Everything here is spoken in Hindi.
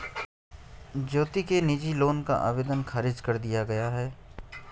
ज्योति के निजी लोन का आवेदन ख़ारिज कर दिया गया